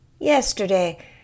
yesterday